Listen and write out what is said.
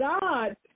God